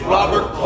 Robert